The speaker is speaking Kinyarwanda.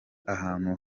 ahantu